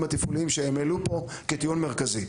התפעוליים שהם העלו פה כטיעון מרכזי.